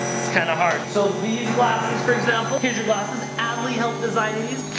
it's kind of hard. so these glasses, for example. here's your glasses. adley helped design these.